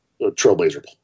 trailblazer